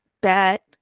bet